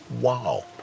Wow